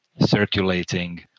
circulating